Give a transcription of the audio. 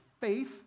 Faith